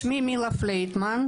מ-2019.